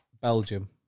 Belgium